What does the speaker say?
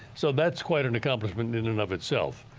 so that's quiet an accomplishment in and of itself.